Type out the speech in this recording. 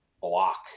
block